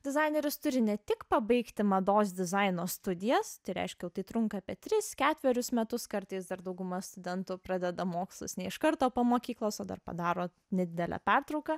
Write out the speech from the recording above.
dizaineris turi ne tik pabaigti mados dizaino studijas tai reiškia jau tai trunka apie tris ketverius metus kartais dar dauguma studentų pradeda mokslus ne iš karto po mokyklos o dar padaro nedidelę pertrauką